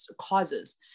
causes